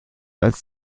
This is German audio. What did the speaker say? als